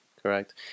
correct